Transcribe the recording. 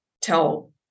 tell